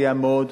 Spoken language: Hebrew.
שסייע מאוד,